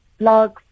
blogs